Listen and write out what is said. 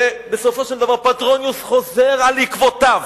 ובסופו של דבר פטרוניוס חזר על עקבותיו,